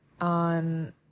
on